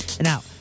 Now